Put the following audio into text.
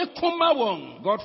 God